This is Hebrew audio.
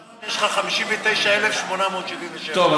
היום יש לך 59,877. טוב,